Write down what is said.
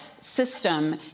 system